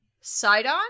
Sidon